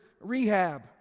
rehab